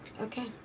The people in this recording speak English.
Okay